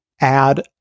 add